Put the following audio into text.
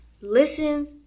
listens